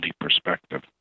perspective